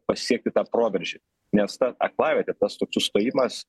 pasiekti tą proveržį nes ta aklavietė tas toks sustojimas